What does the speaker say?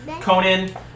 Conan